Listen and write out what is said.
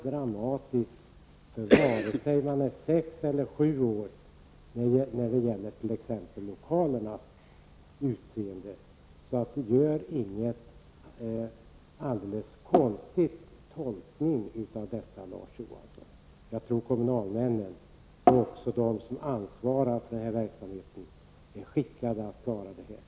Lokalernas utseende t.ex. är inte någonting mer dramatiskt för sexåringar än för sjuåringar. Gör inte en så konstig tolkning av detta uttalande, Larz Johansson! Jag tror att kommunalmännen och de som ansvarar för den här verksamheten är skickade att klara den.